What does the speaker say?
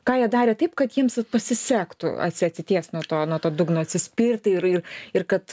ką jie darė taip kad jiems vat pasisektų atsities nutolo nuo to dugno atsispirti ir ir kad